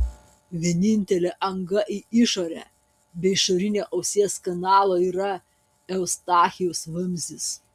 vienintelė anga į išorę be išorinio ausies kanalo yra eustachijaus vamzdis